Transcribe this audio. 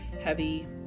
heavy